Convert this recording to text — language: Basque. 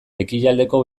ekialdeko